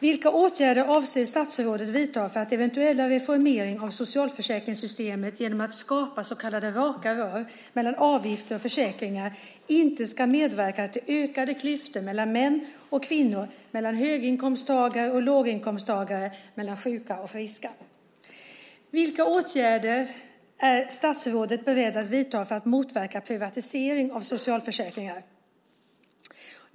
Vilka åtgärder avser statsrådet att vidta för att en eventuell reformering av socialförsäkringssystemet genom att skapa så kallade raka rör mellan avgifter och försäkringar inte ska medverka till ökade klyftor mellan män och kvinnor, mellan höginkomsttagare och låginkomsttagare och mellan sjuka och friska? 3. Vilka åtgärder är statsrådet beredd att vidta för att motverka privatisering av socialförsäkringarna? 4.